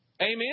Amen